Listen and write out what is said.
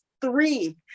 three